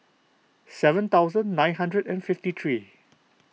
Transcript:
seven thousand nine hundred and fifty three